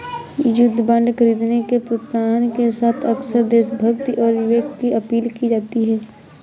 युद्ध बांड खरीदने के प्रोत्साहन के साथ अक्सर देशभक्ति और विवेक की अपील की जाती है